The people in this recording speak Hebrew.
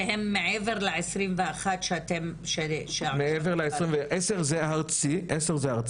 שהן מעבר לעשרים ואחת שאתם- -- עשר זה הארצי,